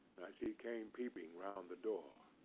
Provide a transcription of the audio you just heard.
as he came peeping round the door.